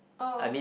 oh